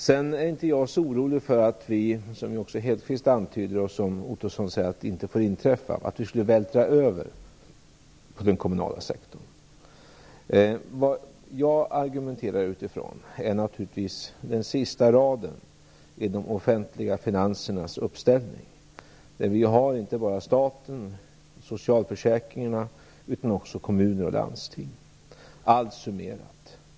Jag är inte så orolig för att vi skulle vältra över på den kommunala sektorn, vilket Hedquist antydde och vilket Ottosson säger inte får inträffa. Vad jag argumenterar utifrån är naturligtvis den sista raden i de offentliga finansernas uppställning. Där har vi inte bara staten och socialförsäkringarna utan också kommuner och landsting - allt summerat.